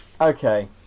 Okay